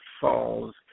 fall's